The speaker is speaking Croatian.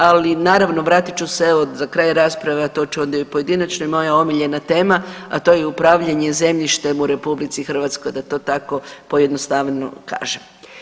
Ali, naravno, vratit ću se, evo, za kraj rasprave, a to ću onda i u pojedinačnoj, moja omiljena tema, a to je upravljanje zemljištem u RH, da to tako pojednostavljeno kažem.